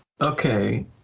Okay